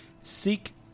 Seek